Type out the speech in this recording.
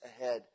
ahead